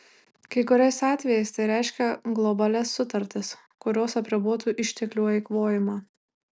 kai kuriais atvejais tai reiškia globalias sutartis kurios apribotų išteklių eikvojimą